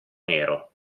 nero